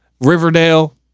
Riverdale